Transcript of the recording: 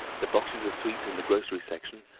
the boxes of sweets in the grocery section,